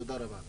תודה.